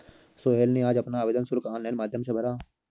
सोहेल ने आज अपना आवेदन शुल्क ऑनलाइन माध्यम से भरा